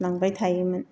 लांबाय थायोमोन